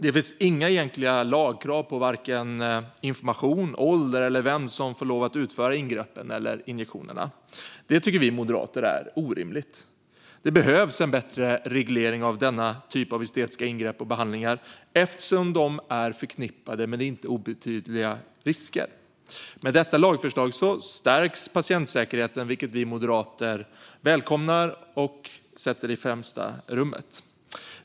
Det finns inga egentliga lagkrav på vare sig information, ålder eller vem som får utföra ingreppen eller injektionerna. Det tycker vi moderater är orimligt. Det behövs en bättre reglering av denna typ av estetiska ingrepp och behandlingar eftersom de är förknippade med inte obetydliga risker. Med detta lagförslag stärks patientsäkerheten, vilket vi i Moderaterna välkomnar och sätter i främsta rummet.